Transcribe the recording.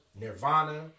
Nirvana